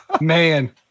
Man